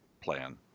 plan